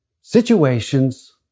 situations